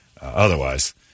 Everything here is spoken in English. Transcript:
Otherwise